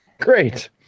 great